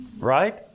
right